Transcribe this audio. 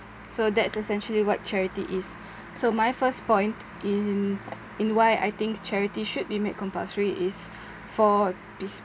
so that's essentially what charity is so my first point in in why I think charity should be made compulsory is for is is